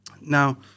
Now